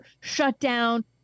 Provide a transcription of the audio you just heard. shutdown